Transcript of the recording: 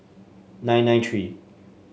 nine nine three